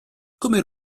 come